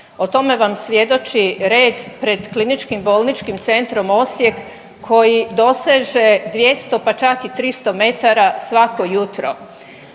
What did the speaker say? O tome vam svjedoči red pred KBC Osijek koji doseže 200, pa čak i 300 metara svako jutro.